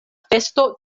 festo